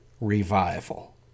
revival